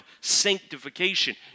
sanctification